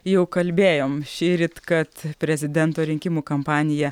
jau kalbėjome šįryt kad prezidento rinkimų kampanija